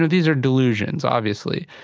ah these are delusions, obviously,